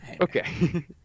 Okay